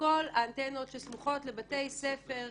שכל האנטנות שסמוכות לבתי ספר יוסרו,